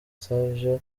savio